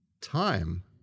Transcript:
time